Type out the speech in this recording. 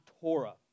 Torah